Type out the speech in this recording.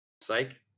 Psych